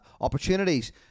opportunities